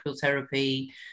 therapy